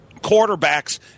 quarterbacks